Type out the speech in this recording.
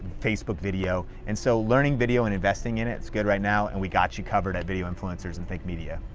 facebook video. and so learning video and investing in it is good right now, and we got you covered at video influencers and think media.